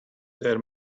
there